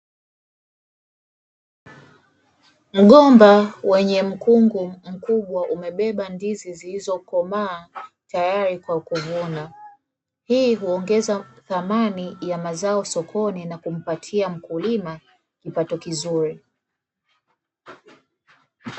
Mgomba wenye mkungu mkubwa umebeba ndizi zilizokomaa tayari kwa kuvuna. Hii huongeza thamani ya mazao sokoni na kumpatia mkulima kipato kizuri.